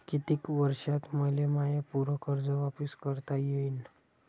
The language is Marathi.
कितीक वर्षात मले माय पूर कर्ज वापिस करता येईन?